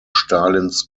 stalins